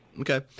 okay